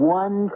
one